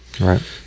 right